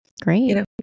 Great